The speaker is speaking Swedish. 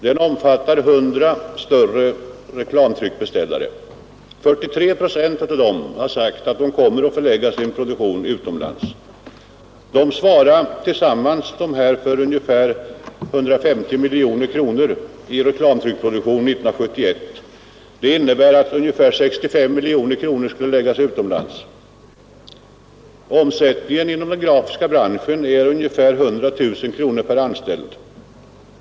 Den omfattar 100 större reklamtryckbeställare. 43 procent av dessa har sagt att de kommer att förlägga sin produktion utomlands. De svarar tillsammans för ungefär 150 miljoner kronor i reklamtryckproduktion 1971. Det innebär att ungefär 65 miljoner kronor skulle läggas utomlands. Omsättningen inom den grafiska branschen är ungefär 100 000 kronor per anställd.